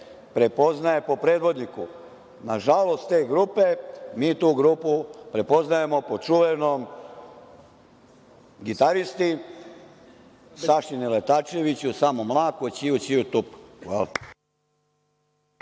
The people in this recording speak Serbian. prepoznaje po predvodniku. Nažalost, te grupe, mi tu grupu prepoznajemo po čuvenom gitaristi Saši „neletačeviću, samo mlako ćiu ćiu tup“. Hvala.